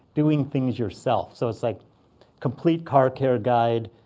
doing things yourself. so it's like complete car care guide,